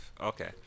Okay